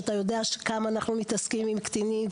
אתה יודע כמה אנחנו מתעסקים עם קטינים.